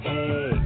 Hey